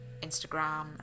Instagram